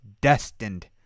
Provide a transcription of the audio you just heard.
destined